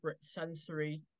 sensory